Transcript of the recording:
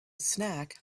snack